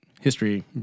history